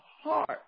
heart